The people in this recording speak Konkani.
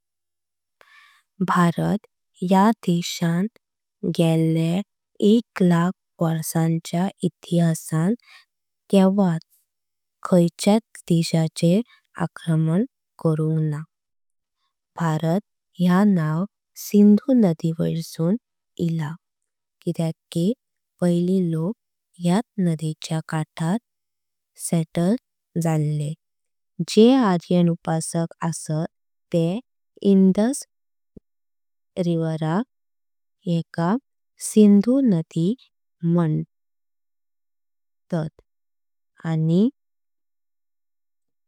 भारत या देशान गेल्या एक लाख वर्षाच्य इतिहासान। केवट खयचित देशाचेर आक्रमण करुंक ना। भारत या नाव सिंधु नधी वैर्सून इल्ल किदेक कि पैली। लोक यत नधियेच्य काठार सेटल जाल्लें जे आर्यन। उपासक आसात ते इंडस। एका सिंधु नधी म्हणात।